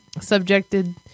subjected